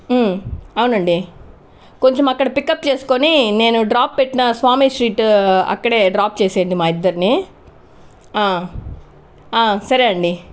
అవునండి కొంచం అక్కడ పికప్ చేస్కొని నేను డ్రాప్ పెట్టిన స్వామి స్ట్రీట్ అక్కడే డ్రాప్ చేసేయండి మా ఇద్దర్ని ఆ ఆ సరే అండి